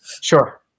Sure